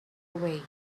away